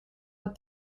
with